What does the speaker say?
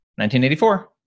1984